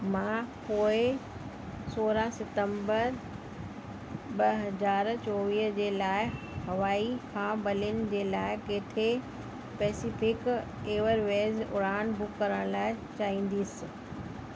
मां पोइ सोरहं सितंबर ॿ हज़ार चोवीह जे लाइ हवाई खां बर्लिन जे लाइ किथे पैसिफिक एवरवेज़ उड़ान बुक करण लाइ चाहींदसि